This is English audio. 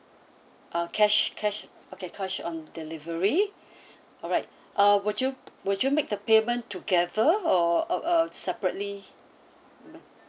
uh cash cash okay cash on delivery alright uh would you would you make the payment together or uh uh separately